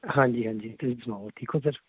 ਹਾਂਜੀ ਹਾਂਜੀ ਤੁਸੀਂ ਸੁਣਾਓ ਠੀਕ ਹੋ ਸਰ